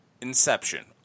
Inception